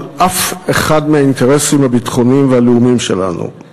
על אף אחד מהאינטרסים הביטחוניים והלאומיים שלנו.